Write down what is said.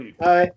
Hi